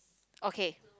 okay